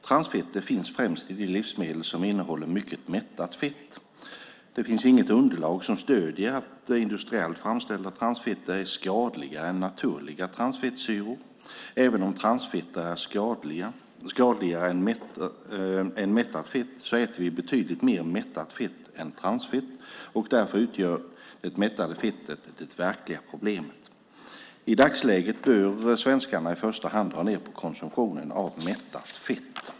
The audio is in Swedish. Transfetter finns främst i de livsmedel som innehåller mycket mättat fett. Det finns inget underlag som stöder att industriellt framställda transfettsyror är skadligare än naturliga transfettsyror. Även om transfetter är skadligare än mättat fett äter vi betydligt mer mättat fett än transfett, och därför utgör det mättade fettet det verkliga problemet. I dagsläget bör svenskarna i första hand dra ned på konsumtionen av mättat fett.